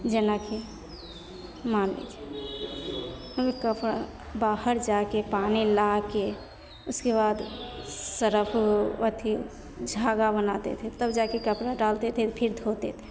जेनाकि मानू कोइ कपड़ा बाहर जाके पानि लाके उसके बाद सरफ अथी झाग आर बना दै छै तब जाके कपड़ा डालतै तब फिर धोतै रऽ